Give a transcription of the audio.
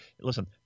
Listen